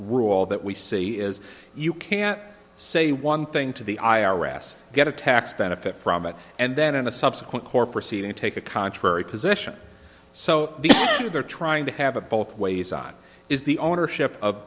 rule that we see is you can't say one thing to the i r s get a tax benefit from it and then in a subsequent core proceeding take a contrary position so that they're trying to have it both ways on is the ownership of